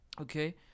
Okay